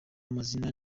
amazina